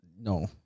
no